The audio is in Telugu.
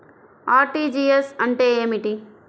అర్.టీ.జీ.ఎస్ అంటే ఏమిటి?